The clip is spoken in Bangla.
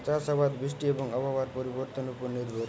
চাষ আবাদ বৃষ্টি এবং আবহাওয়ার পরিবর্তনের উপর নির্ভরশীল